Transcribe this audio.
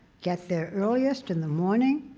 get there earliest in the morning.